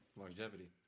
Longevity